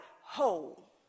whole